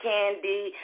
Candy